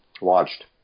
watched